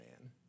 man